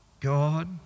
God